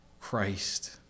Christ